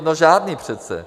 No žádný přece.